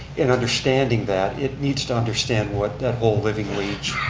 in understanding that, it needs to understand what the whole living wage